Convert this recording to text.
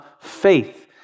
faith